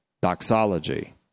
Doxology